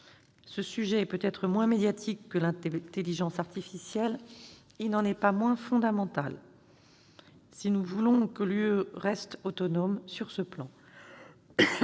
Ce sujet est peut-être moins médiatique que l'intelligence artificielle, mais il n'en est pas moins fondamental si nous voulons que l'Union européenne reste autonome sur ce plan.